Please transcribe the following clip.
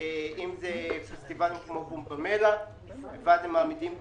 שבה הם מעמידים דוכנים.